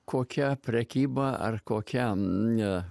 kokia prekyba ar kokiam